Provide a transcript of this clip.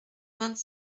vingt